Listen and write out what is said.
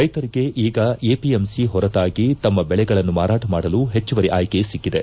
ರೈತರಿಗೆ ಈಗ ಎಪಿಎಂಸಿ ಹೊರತಾಗಿ ತಮ್ಮ ಬೆಳೆಗಳನ್ನು ಮಾರಾಟ ಮಾಡಲು ಪೆಚ್ಚುವರಿ ಆಯ್ಕೆ ಸಿಕ್ಕಿದೆ